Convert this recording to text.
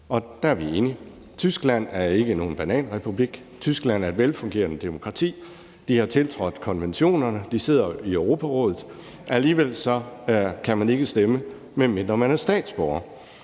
Der er vi enige. Tyskland er ikke nogen bananrepublik. Tyskland er et velfungerende demokrati. De har tiltrådt konventionerne, de sidder i Europarådet. Alligevel kan man ikke stemme, medmindre man er statsborger.